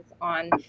on